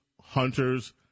hunters